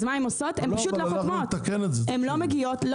אז הן פשוט לא מגיעות לחתום.